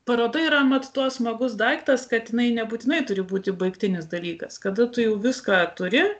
paroda yra mat tuo smagus daiktas kad jinai nebūtinai turi būti baigtinis dalykas kada tu jau viską turi